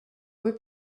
were